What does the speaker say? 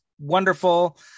wonderful